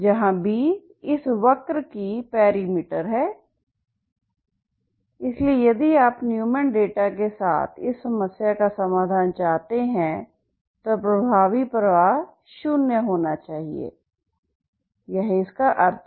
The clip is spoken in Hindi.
जहां b इस वक्र की पैरामीटर है इसलिए यदि आप न्यूमैन डेटा के साथ इस समस्या का समाधान चाहते हैं तो प्रभावी प्रवाह शून्य होना चाहिए यह इसका अर्थ है